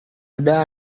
ada